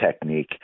technique